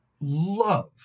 love